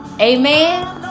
Amen